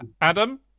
Adam